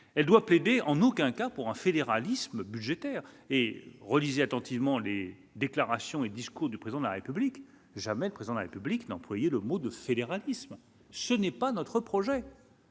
elle doit plaider en aucun cas pour un fédéralisme budgétaire et relisez attentivement les déclarations et discours du président de la République, jamais le président de la République d'employer le mot de scélérate Prism ce n'est pas notre projet.